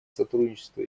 сотрудничества